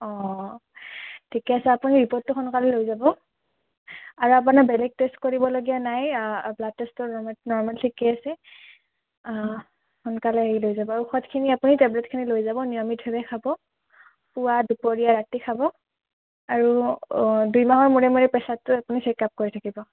ঠিকে আছে আপুনি ৰিপৰ্টটো সোনকালে লৈ যাব আৰু আপোনাৰ বেলেগ টেষ্ট কৰিব লগীয়া নাই ব্লাড টেষ্টো নৰ্মেল ঠিকে আছে সোনকালে আহি লৈ যাব আৰু ঔষধখিনি আপুনি টেবলেট খিনি লৈ যাব আৰু নিয়মিতভাৱে খাব পুৱা দুপৰীয়া ৰাতি খাব আৰু দুই মাহৰ মূৰে মূৰে প্ৰেচাৰটো আপুনি চেক আপ কৰি থাকিব